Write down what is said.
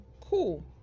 Cool